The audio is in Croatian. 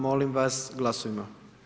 Molim vas glasujmo.